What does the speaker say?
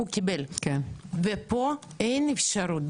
בארץ אין אפשרות.